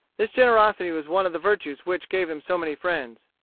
this generosity was one of the virtues which gave him so many friends.